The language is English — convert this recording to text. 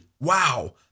wow